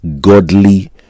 godly